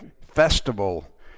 festival